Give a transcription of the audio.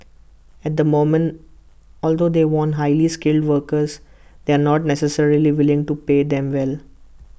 at the moment although they want highly skilled workers they are not necessarily willing to pay them well